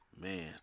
Man